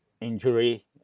injury